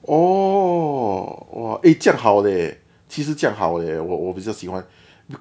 oh !wah! eh 这样好 leh 其实这样 leh 我我比较喜欢